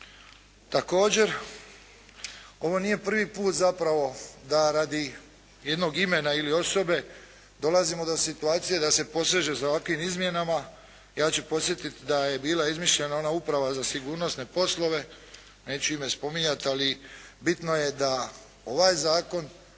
Također, ovo nije prvi put zapravo da radi jednog imena ili osobe dolazimo do situacije da se poseže za ovakvim izmjenama, ja ću podsjetiti da je bila izmišljena ona uprava za sigurnosne poslove. Neću ime spominjati ali bitno je da ovaj Zakon